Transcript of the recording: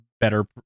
better